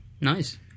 Nice